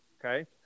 okay